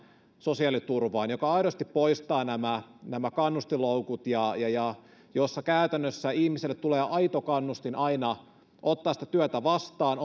joka aidosti poistaa nämä nämä kannustinloukut ja ja jossa käytännössä ihmiselle tulee aito kannustin aina ottaa sitä työtä vastaan